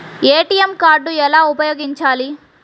ATM card ఎలా ఉపయోగించాలి?